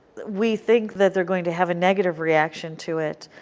we think that they are going to have a negative reaction to it,